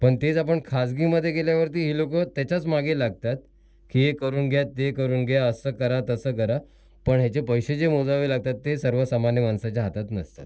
पण तेच आपण खाजगीमध्ये गेल्यावरती ही लोकं त्याच्याच मागे लागतात की हे करून घ्या ते करून घ्या असं करा तसं करा पण ह्याचे पैसे जे मोजावे लागतात ते सर्वसामान्य माणसाच्या हातात नसतात